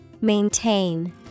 Maintain